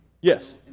Yes